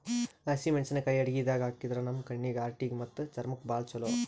ಹಸಿಮೆಣಸಿಕಾಯಿ ಅಡಗಿದಾಗ್ ಹಾಕಿದ್ರ ನಮ್ ಕಣ್ಣೀಗಿ, ಹಾರ್ಟಿಗಿ ಮತ್ತ್ ಚರ್ಮಕ್ಕ್ ಭಾಳ್ ಛಲೋ